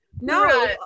No